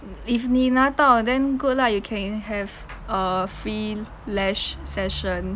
if 你拿到 then good lah you can have a free lash session